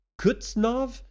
Kutsnov